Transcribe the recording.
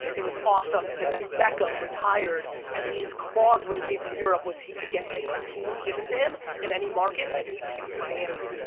it was awesome. and then beckham retired and in his clause when he came from europe was he could get and a team given to him in any market and he picked miami.